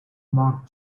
mark